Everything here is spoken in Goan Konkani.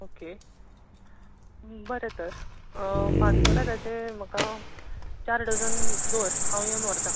ओके बरें तर मानकुरादाचे म्हाका चार डझन दवर हांव येवन व्हरतां